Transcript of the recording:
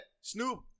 Snoop